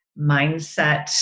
mindset-